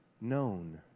known